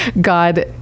god